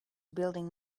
building